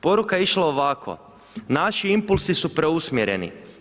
Poruka je išla ovako: „Naši impulsi su preusmjereni.